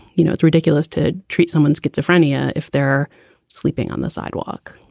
you know, it's ridiculous to treat someone's schizophrenia if they're sleeping on the sidewalk.